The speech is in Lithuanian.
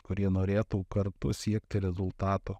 kurie norėtų kartu siekti rezultato